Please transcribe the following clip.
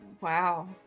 Wow